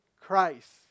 Christ